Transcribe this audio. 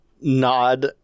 nod